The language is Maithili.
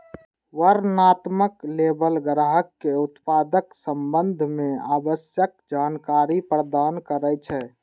वर्णनात्मक लेबल ग्राहक कें उत्पादक संबंध मे आवश्यक जानकारी प्रदान करै छै